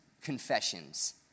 confessions